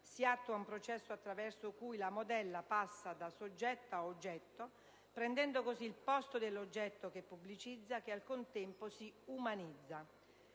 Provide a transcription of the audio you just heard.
si attua un processo attraverso cui la modella passa da soggetto ad oggetto, prendendo così il posto dell'oggetto che pubblicizza, che al contempo si umanizza.